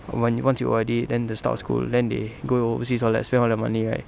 when once you O_R_D then the start school then they go overseas all that spend all their money right